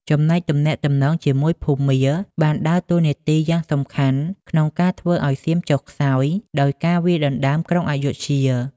ចំណែកទំនាក់ទំនងជាមួយភូមា បានដើរតួនាទីយ៉ាងសំខាន់ក្នុងការធ្វើឱ្យសៀមចុះខ្សោយ ដោយការវាយដណ្ដើមក្រុងអយុធ្យា។